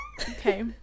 okay